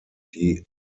die